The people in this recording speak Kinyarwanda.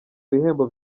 bihembo